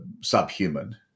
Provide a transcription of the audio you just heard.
subhuman